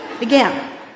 again